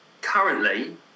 Currently